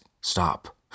stop